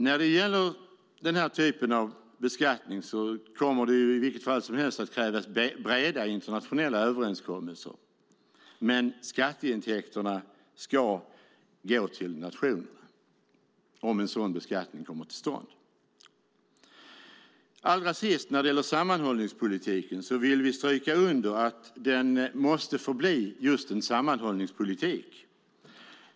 När det gäller den här typen av beskattning kommer det i vilket fall som helst att krävas breda internationella överenskommelser, men skatteintäkterna ska gå till nationerna om en sådan beskattning kommer till stånd. När det gäller sammanhållningspolitiken vill vi stryka under att den måste få bli just en sammanhållningspolitik.